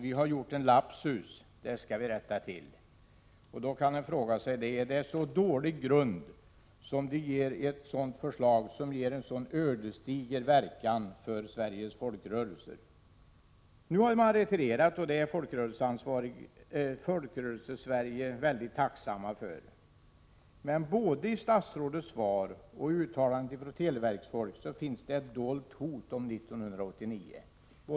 Vi har gjort en lapsus, den ska vi rätta till.” Man kan fråga sig: Har man så dålig grund för ett förslag som har en så ödesdiger verkan för Sveriges folkrörelser? Nu har man retirerat, och det är Folkrörelsesverige väldigt tacksamt för. Men både i statsrådets svar och i uttalanden från televerket ligger ett dolt hot i fråga om 1989.